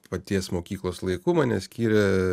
paties mokyklos laikų mane skyrė